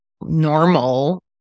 normal